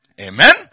Amen